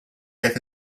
get